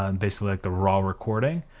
um basically, like the raw recording